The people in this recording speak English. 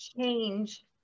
change